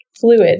Fluid